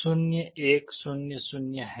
4 0100 है